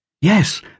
Yes